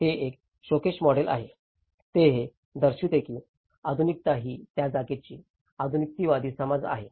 हे एक showcase model आहे ते हे दर्शवते की आधुनिकता ही त्या जागेची आधुनिकतावादी समज आहे